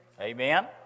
Amen